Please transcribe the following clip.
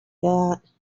that